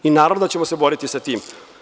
Naravno da ćemo se boriti sa tim.